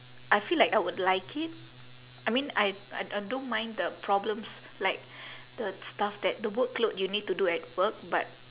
I feel like I would like it I mean I I I don't mind the problems like the stuff that the workload you need to do at work but